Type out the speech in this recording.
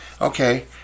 Okay